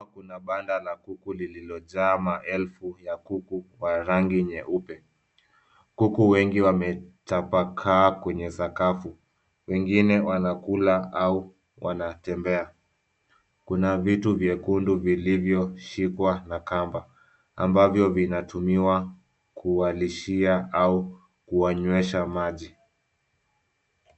Kuna banda la kuku lililojaa maelfu ya kuku wa rangi nyeupe. Kuku wengi wametapakaa kwenye sakafu. Wengine wanakula au wanatembea. Kuna vitu vyekundu vilivyoshikwa na kamba. Ambavyo vinatumiwa kuwalishia au kuwanywesha maji.